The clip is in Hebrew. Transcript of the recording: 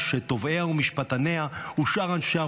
שתובעיה ומשפטניה ושאר אנשי הרוח